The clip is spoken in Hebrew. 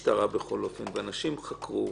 אם הוועדה משתכנעת שהוצגה בפניה תשתית להארכת